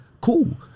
cool